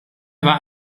war